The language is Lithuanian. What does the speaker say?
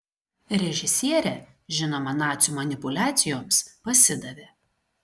režisierė žinoma nacių manipuliacijoms pasidavė